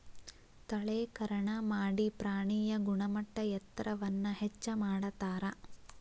ತಳೇಕರಣಾ ಮಾಡಿ ಪ್ರಾಣಿಯ ಗುಣಮಟ್ಟ ಎತ್ತರವನ್ನ ಹೆಚ್ಚ ಮಾಡತಾರ